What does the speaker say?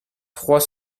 trois